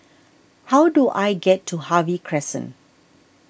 how do I get to Harvey Crescent